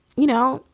you know,